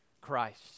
Christ